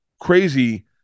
crazy